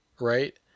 right